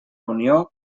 unió